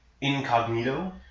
incognito